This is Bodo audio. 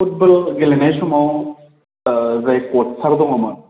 फुटबल गेलेनाय समाव जाय कचसार दङमोन